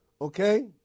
Okay